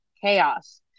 chaos